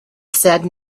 said